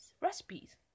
recipes